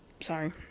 Sorry